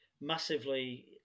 massively